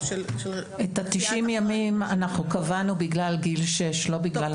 את 90 הימים אנחנו קבענו בגלל גיל שש ולא בגלל אחראי.